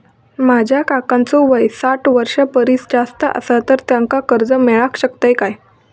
माझ्या काकांचो वय साठ वर्षां परिस जास्त आसा तर त्यांका कर्जा मेळाक शकतय काय?